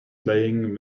playing